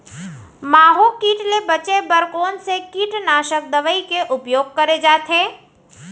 माहो किट ले बचे बर कोन से कीटनाशक दवई के उपयोग करे जाथे?